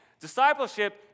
Discipleship